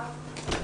תודה.